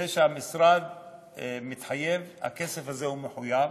זה שהמשרד מתחייב, הכסף הזה מחויב.